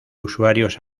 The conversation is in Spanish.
usuarios